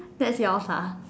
that's yours lah